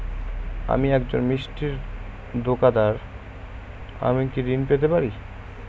আমি একজন মিষ্টির দোকাদার আমি কি ঋণ পেতে পারি?